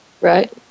Right